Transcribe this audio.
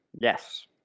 Yes